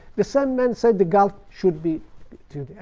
the same man said the gulf should be